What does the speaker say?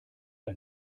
ein